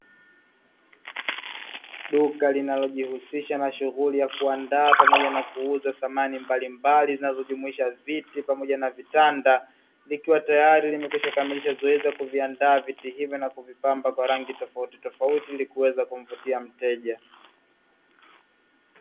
Duka linalojihusisha na shughuli ya kuandaa pamoja na kuuza samani mbalimbali zinazojumuisha viti, pamoja na vitanda, likiwa tayari limekwisha kamilisha zoezi la kuviandaa viti hivyo, na kuvipamba kwa rangi tofautitofauti ili kuweza kumvutia mteja.